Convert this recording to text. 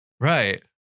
Right